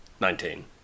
Nineteen